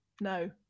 no